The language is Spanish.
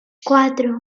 cuatro